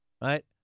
right